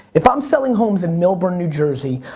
if i'm selling homes in millburn, new jersey,